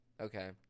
Okay